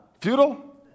Futile